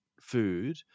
food